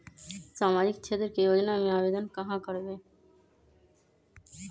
सामाजिक क्षेत्र के योजना में आवेदन कहाँ करवे?